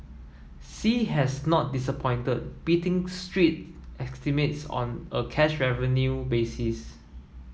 sea has not disappointed beating street estimates on a cash revenue basis